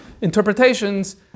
interpretations